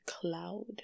cloud